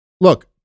look